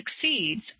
succeeds